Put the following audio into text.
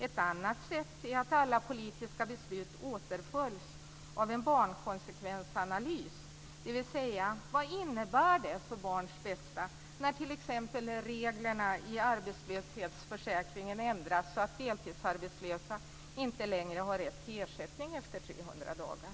Ett annat sätt är att alla politiska beslut åtföljs av en "barnkonsekvensanalys", dvs. vad det innebär för barns bästa när reglerna i arbetslöshetsförsäkringen ändras så att deltidsarbetslösa inte längre har rätt till ersättning efter 300 dagar.